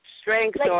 strengths